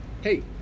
Hey